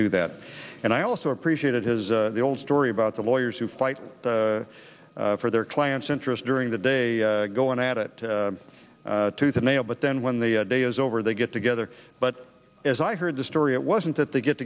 do that and i also appreciate it is the old story about the lawyers who fight for their client's interest during the day going at it to the mail but then when the day is over they get together but as i heard the story it wasn't that they get